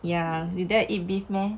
ya you dare to eat beef meh